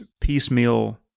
piecemeal